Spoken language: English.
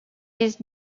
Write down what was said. his